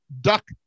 duck